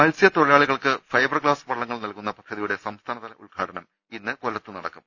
മത്സ്യത്തൊഴിലാളികൾക്ക് ഫൈബർഗ്ലാസ് വള്ളങ്ങൾ നൽകുന്ന പദ്ധതിയുടെ സംസ്ഥാനതല ഉദ്ഘാടനം ഇന്ന് കൊല്ലത്ത് നടക്കും